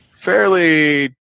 fairly